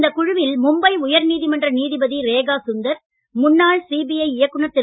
இந்தக் குழுவில் மும்பை உயர் நீதிமன்ற நீதிபதி ரேகா சுந்தர் முன்னாள் சிபிழு இயக்குனர் திரு